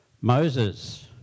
Moses